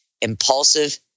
impulsive